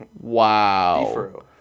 wow